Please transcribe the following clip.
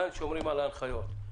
כאן שומרים על ההנחיות.